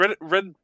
Red